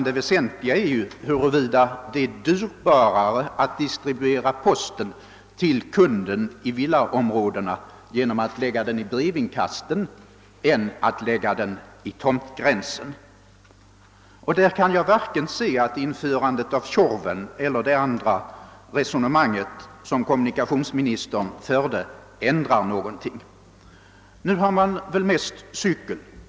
Det väsentliga är huruvida det är dyrare att distribuera posten till kunderna i villaområdena genom att lägga den i brevinkasten än att lägga den vid tomtgränsen. Därvidlag kan jag inte se att vare sig införandet av Tjorven eller det som kommunikationsministern i övrigt tog upp i sitt resonemang ändrar någonting. Nu använder väl brevbärarna mest cykel.